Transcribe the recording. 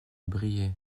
briey